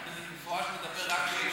החוק הזה במפורש מדבר רק כשאישה,